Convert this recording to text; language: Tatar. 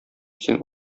син